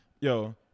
yo